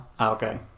okay